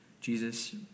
Jesus